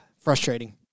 frustrating